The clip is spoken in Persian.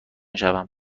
شوم